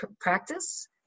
practice